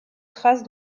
traces